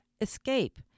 escape